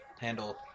handle